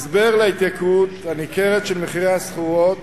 הסבר להתייקרות הניכרת של מחירי הסחורות